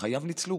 וחייו ניצלו.